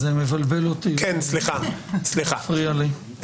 זה מבלבל אותי ומפריע לי.